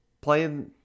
playing